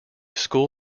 school